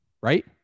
Right